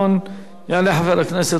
יעלה חבר הכנסת אורי אריאל,